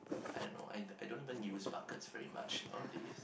I don't know I don~ I don't even use bucket very much nowadays